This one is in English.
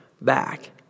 back